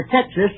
Texas